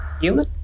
human